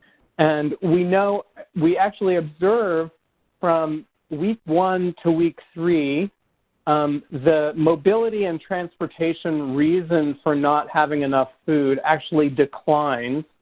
and we know we actually observe from week one to week three um the mobility and transportation reasons for not having enough food actually declined.